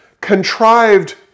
contrived